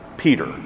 Peter